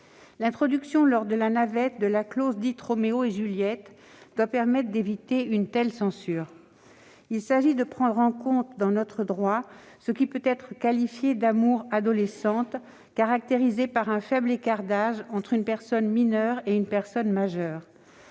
L'introduction, au cours de la navette, de la « clause de Roméo et Juliette », doit permettre d'éviter une telle censure. Il s'agit de prendre en compte dans notre droit ce qui peut être qualifié d'« amours adolescentes » caractérisées par un faible écart d'âge entre une personne mineure et une personne majeure.